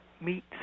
meet